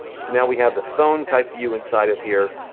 so now we have the phone-type view inside of here.